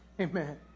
Amen